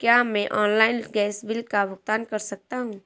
क्या मैं online gas bill का भुगतान कर सकता हूँ?